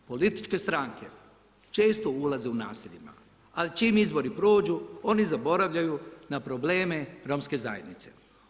Političke stranke često ulaze u naselja, ali čim izbori prođu, oni zaboravljaju na probleme romske zajednice.